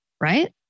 right